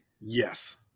Yes